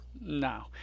No